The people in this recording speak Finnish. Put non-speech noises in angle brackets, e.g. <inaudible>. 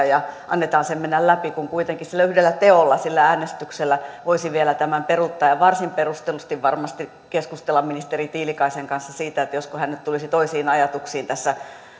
<unintelligible> ja annetaan sen mennä läpi kun kuitenkin sillä yhdellä teolla sillä äänestyksellä voisi vielä tämän peruuttaa ja ja varsin perustellusti varmasti keskustella ministeri tiilikaisen kanssa siitä josko hän nyt tulisi toisiin ajatuksiin tässä